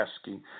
asking